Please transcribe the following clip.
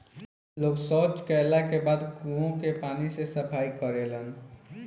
लोग सॉच कैला के बाद कुओं के पानी से सफाई करेलन